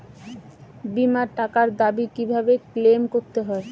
বিমার টাকার দাবি কিভাবে ক্লেইম করতে হয়?